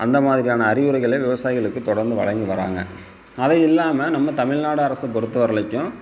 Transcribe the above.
அந்த மாதிரியான அறிவுரைகளை விவசாயிகளுக்கு தொடர்ந்து வழங்கி வராங்க அது இல்லாமல் நம்ம தமிழ்நாடு அரசை பொறுத்தவரைக்கும்